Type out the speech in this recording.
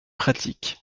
pratique